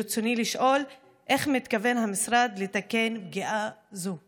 ברצוני לשאול: איך מתכוון המשרד לתקן פגיעה זאת?